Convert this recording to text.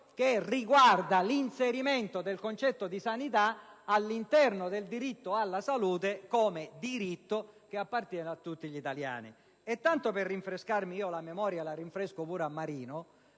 riguardante l'inserimento del concetto di sanità all'interno del diritto alla salute come diritto che appartiene a tutti gli italiani. Tanto per rinfrescare la mia memoria e quella del senatore Marino,